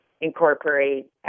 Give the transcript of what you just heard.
incorporate